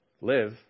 Live